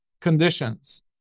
conditions